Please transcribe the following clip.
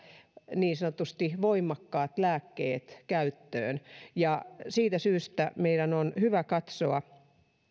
niin sanotusti aika voimakkaat lääkkeet käyttöön siitä syystä meidän on hyvä katsoa